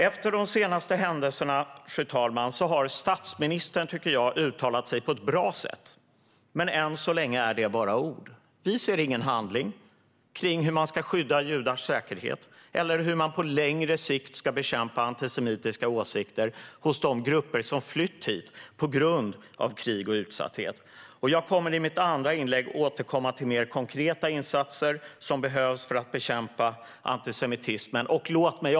Efter de senaste händelserna har statsministern uttalat sig på ett bra sätt. Men än så länge är det bara ord. Vi ser ingen handling för hur man ska skydda judars säkerhet eller hur man på längre sikt ska bekämpa antisemitiska åsikter hos de grupper som flytt hit på grund av krig och utsatthet. Jag kommer i mitt andra inlägg att återkomma till mer konkreta insatser som behövs för att bekämpa antisemitismen.